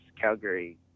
Calgary